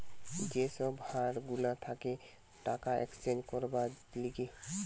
যে সব হার গুলা থাকে টাকা এক্সচেঞ্জ করবার লিগে